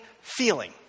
feeling